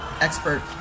expert